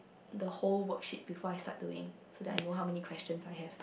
the whole worksheet before I start doing so that I know how many questions I have